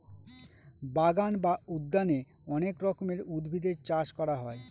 বাগান বা উদ্যানে অনেক রকমের উদ্ভিদের চাষ করা হয়